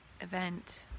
event